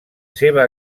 seva